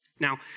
Now